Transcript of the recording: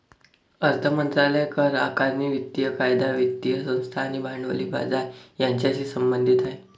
अर्थ मंत्रालय करआकारणी, वित्तीय कायदा, वित्तीय संस्था आणि भांडवली बाजार यांच्याशी संबंधित आहे